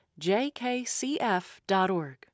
JKCF.org